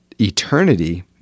eternity